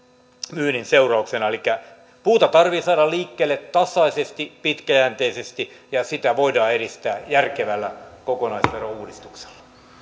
myynnin seurauksena elikkä puuta tarvitsee saada liikkeelle tasaisesti pitkäjänteisesti ja sitä voidaan edistää järkevällä kokonaisverouudistuksella